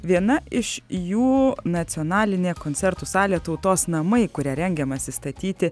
viena iš jų nacionalinė koncertų salė tautos namai kurią rengiamasi statyti